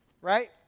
Right